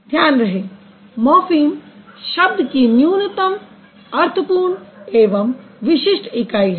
ध्यान रहे मॉर्फ़िम शब्द की न्यूनतम अर्थपूर्ण एवं विशिष्ट इकाई हैं